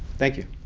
thank you.